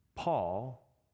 Paul